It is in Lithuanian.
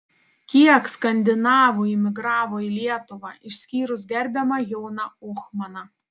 kiek skandinavų imigravo į lietuvą išskyrus gerbiamą joną ohmaną